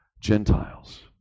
Gentiles